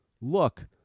look